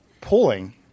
pulling